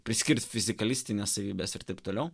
priskirt fizikalistines savybes ir taip toliau